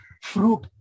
fruit